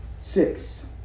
six